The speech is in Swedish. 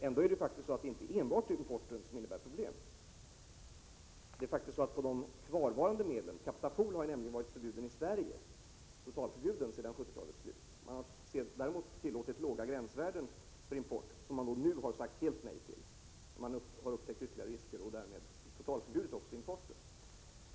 Ändå är det faktiskt inte enbart importen som innebär problem. Det är så, att man beträffande kvarvarande medel — kaptafol är ju ett medel som har varit totalförbjudet i Sverige ända sedan 1970-talets slut — har tillåtit låga gränsvärden för import. Men nu har man sagt helt nej, eftersom man har upptäckt ytterligare risker. Man har därför totalförbjudit sådan import.